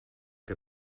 que